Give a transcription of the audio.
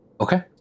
Okay